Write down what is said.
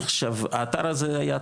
האתר הזה היה,